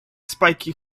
spiky